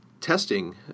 testing